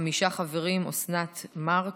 חמישה חברים: אוסנת הילה מארק,